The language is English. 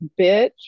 bitch